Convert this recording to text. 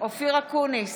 אופיר אקוניס,